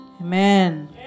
Amen